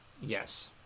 Yes